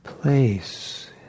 Place